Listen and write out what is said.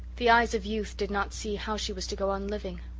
the eyes of youth did not see how she was to go on living.